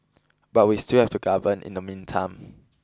but we still have to govern in the meantime